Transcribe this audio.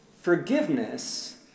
forgiveness